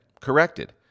corrected